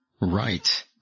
Right